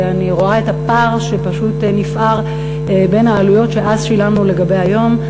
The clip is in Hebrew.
ואני רואה את הפער שנפער בין העלויות שאז שילמנו לבין היום.